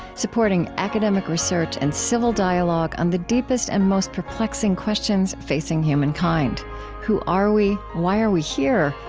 supporting academic research and civil dialogue on the deepest and most perplexing questions facing humankind who are we? why are we here?